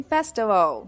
Festival